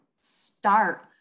start